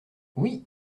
oui